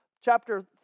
chapter